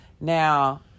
now